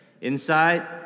inside